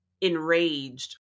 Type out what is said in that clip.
enraged